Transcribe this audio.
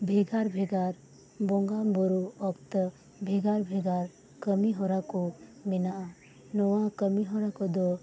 ᱵᱷᱮᱜᱟᱨ ᱵᱷᱮᱜᱟᱨ ᱵᱚᱸᱜᱟᱱ ᱵᱩᱨᱩ ᱚᱠᱛᱚ ᱵᱷᱮᱜᱟᱨ ᱵᱷᱮᱜᱟᱨ ᱠᱟᱹᱢᱤ ᱦᱚᱨᱟ ᱠᱚ ᱢᱮᱱᱟᱜᱼᱟ ᱱᱚᱣᱟ ᱠᱟᱹᱢᱤ ᱦᱚᱨᱟ ᱠᱚᱫᱚ